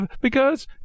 Because